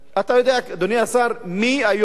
אתה יודע, אדוני השר, מי היום